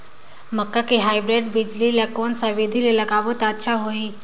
मक्का के हाईब्रिड बिजली ल कोन सा बिधी ले लगाबो त अच्छा होहि?